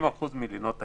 60% מלינות הישראלים.